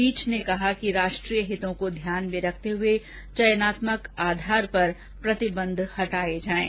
पीठ ने कहा कि राष्ट्रीय हितों को ध्यान में रखते हुए चयनात्मक आधार पर प्रतिबंध हटाए जाएंगे